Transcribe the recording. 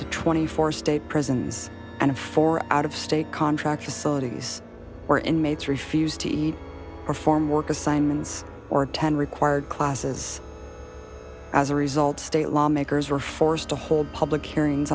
to twenty four state prisons and four out of state contractors saudis were inmates refused to eat perform work assignments or attend required classes as a result state lawmakers were forced to hold public hearings